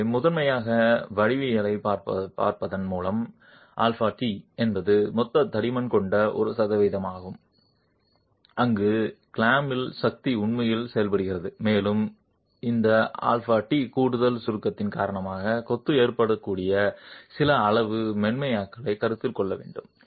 எனவே முதன்மையாக வடிவவியலைப் பார்ப்பதன் மூலம் αt என்பது மொத்த தடிமன் கொண்ட ஒரு சதவீதமாகும் அங்கு கிளாம்பிங் சக்தி உண்மையில் செயல்படுகிறது மேலும் இந்த αt கூடுதல் சுருக்கத்தின் காரணமாக கொத்து ஏற்படக்கூடிய சில அளவு மென்மையாக்கலைக் கருத்தில் கொள்ள வேண்டும்